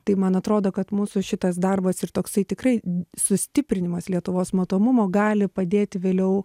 tai man atrodo kad mūsų šitas darbas ir toksai tikrai sustiprinimas lietuvos matomumo gali padėti vėliau